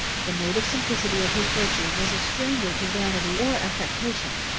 the native simplicity of his virtue was a stranger to vanity or affectation.